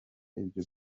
ibyo